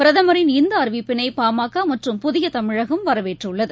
பிரதமரின் இந்த அறிவிப்பினை பாமக மற்றும் புதிய தமிழகம் வரவேற்றுள்ளது